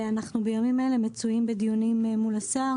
בימים אלה אנחנו מצויים בדיונים מול השר